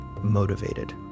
motivated